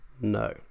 No